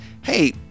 hey